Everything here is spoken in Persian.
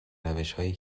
روشهایی